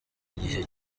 gihe